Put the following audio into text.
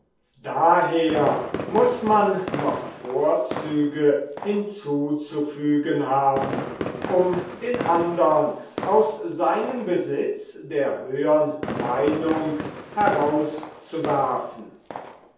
daher muß man noch vorzüge hinzuzufügen haben um den andern aus seinem besitz der höhern meinung herauszuwerfen